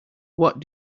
what